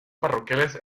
parroquiales